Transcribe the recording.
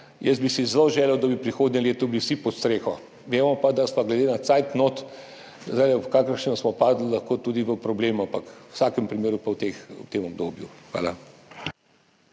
Jaz bi si zelo želel, da bi prihodnje leto bili vsi pod streho. Vemo pa, da je lahko to glede na čas, v kakršnega smo padli, tudi problem, ampak v vsakem primeru pa v tem obdobju. Hvala.